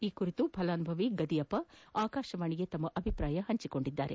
ಈ ಕುರಿತು ಫಲಾನುಭವಿ ಗದಿಯಪ್ಪ ಆಕಾಶವಾಣಿಯೊಂದಿಗೆ ತಮ್ಮ ಅಭಿಪ್ರಾಯ ಹಂಚಿಕೊಂಡರು